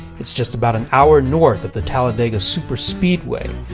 it's just about an hour north of the talledega superspeedway.